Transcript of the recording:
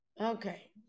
Okay